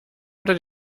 oder